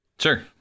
sure